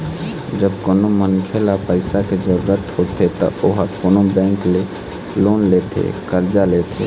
जब कोनो मनखे ल पइसा के जरुरत होथे त ओहा कोनो बेंक ले लोन लेथे करजा लेथे